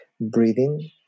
Breathing